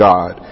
God